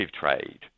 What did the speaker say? trade